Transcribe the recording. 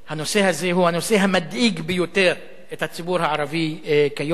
הנושא הזה הוא הנושא המדאיג ביותר את הציבור הערבי כיום.